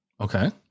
okay